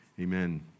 amen